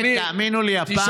תאמינו לי, הפעם זה חשוב.